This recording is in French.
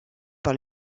par